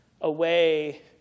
away